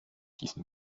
diesen